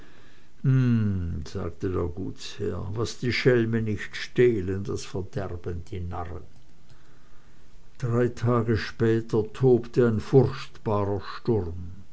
sagte der gutsherr was die schelme nicht stehlen das verderben die narren drei tage später tobte ein furchtbarer sturm